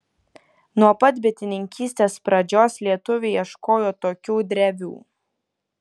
nuo pat bitininkystės pradžios lietuviai ieškojo tokių drevių